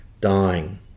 dying